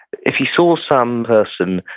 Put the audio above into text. if he saw some person,